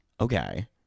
Okay